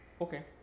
Okay